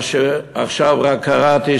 מה שעכשיו רק קראתי,